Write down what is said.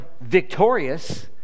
victorious